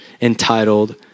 entitled